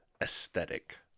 aesthetic